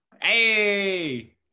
Hey